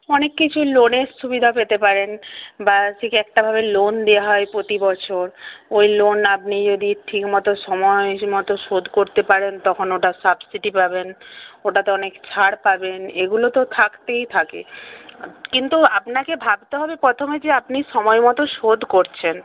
অনেক কিছুই লোনের সুবিধা পেতে পারেন বার্ষিক একটাভাবে লোন দেওয়া হয় প্রতি বছর ওই লোন আপনি যদি ঠিকমতো সময় মতো শোধ করতে পারেন তখন ওটা সাবসিডি পাবেন ওটাতে অনেক ছাড় পাবেন এগুলো তো থাকতেই থাকে কিন্তু আপনাকে ভাবতে হবে প্রথমে যে আপনি সময়মতো শোধ করছেন